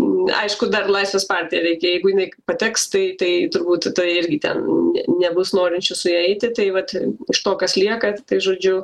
aišku dar laisvės partiją reikia jeigu jinai pateks tai tai turbūt tai irgi ten ne nebus norinčių su ja eiti tai vat iš to kas lieka tai žodžiu